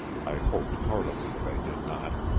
i hoped heartily that i did not.